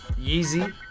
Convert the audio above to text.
Yeezy